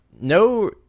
No